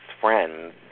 friends